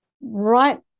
right